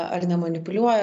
ar nemanipuliuoja